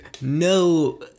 no